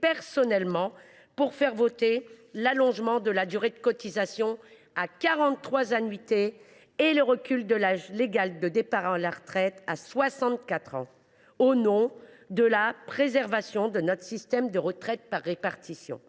personnellement impliqué pour faire voter l’allongement de la durée de cotisation à quarante trois annuités et le recul de l’âge légal de départ à la retraite à 64 ans, au nom de la préservation de notre système de retraite par répartition.